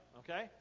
okay